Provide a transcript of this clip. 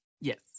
Yes